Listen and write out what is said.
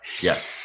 Yes